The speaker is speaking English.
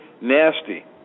nasty